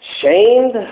shamed